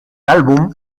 álbum